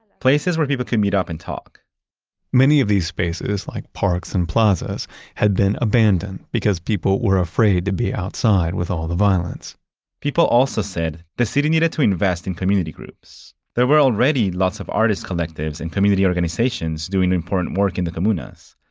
places where people could meet up and to talk many of these spaces, like parks and plazas had been abandoned because people were afraid to be outside with all the violence people also said the city needed to invest in community groups. there were already lots of artists collectives and community organizations doing important work in the comunas.